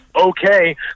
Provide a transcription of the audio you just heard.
okay